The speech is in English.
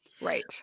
Right